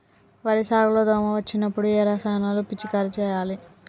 వరి సాగు లో దోమ వచ్చినప్పుడు ఏ రసాయనాలు పిచికారీ చేయాలి?